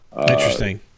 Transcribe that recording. Interesting